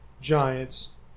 giants